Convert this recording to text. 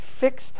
fixed